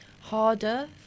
harder